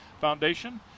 foundation